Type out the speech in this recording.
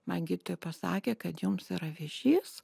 man gydytoja pasakė kad jums yra vėžys